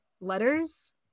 letters